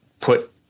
put